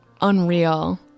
unreal